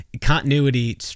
continuity